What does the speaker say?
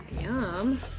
Yum